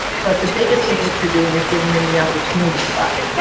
but the biggest thing that you're doing is giving them the opportunity to buy.